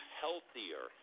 healthier